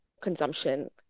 consumption